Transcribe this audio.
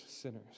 sinners